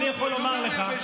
צריך לפתור את הדברים,